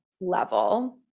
level